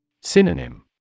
Synonym